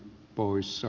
kiitos